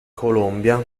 colombia